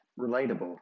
relatable